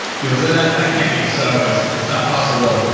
people said, that that can't be so. it's it's not possible,